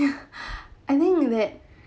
I think of it